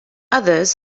others